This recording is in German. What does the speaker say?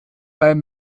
beim